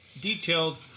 detailed